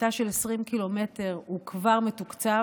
מקטע של 20 קילומטר, הוא כבר מתוקצב,